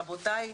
רבותיי,